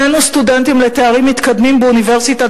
שנינו סטודנטים לתארים מתקדמים באוניברסיטת